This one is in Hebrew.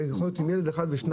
וזה יכול להיות עם ילד אחד ושניים,